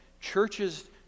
churches